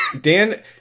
Dan